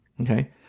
Okay